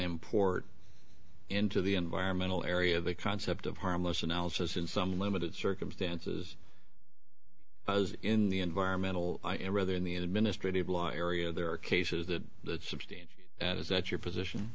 import into the environmental area the concept of harmless analysis in some limited circumstances in the environmental rather than the administrative law area there are cases that that substantial is that your position